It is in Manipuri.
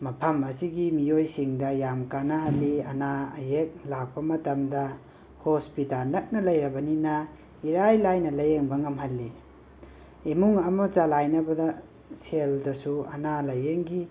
ꯃꯐꯝ ꯑꯁꯤꯒꯤ ꯃꯤꯌꯣꯏꯁꯤꯡꯗ ꯌꯥꯝ ꯀꯥꯟꯅꯍꯜꯂꯤ ꯑꯅꯥ ꯑꯌꯦꯛ ꯂꯥꯛꯄ ꯃꯇꯝꯗꯥ ꯍꯣꯁꯄꯤꯇꯥꯟ ꯅꯛꯅ ꯂꯩꯔꯕꯅꯤꯅꯥ ꯏꯔꯥꯏ ꯂꯥꯏꯅ ꯂꯥꯌꯦꯡꯕ ꯉꯝꯍꯜꯂꯤ ꯏꯃꯨꯡ ꯑꯃ ꯆꯂꯥꯏꯅꯕꯗ ꯁꯦꯜꯗꯁꯨ ꯑꯅꯥ ꯂꯩꯌꯦꯡꯒꯤ